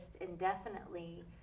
indefinitely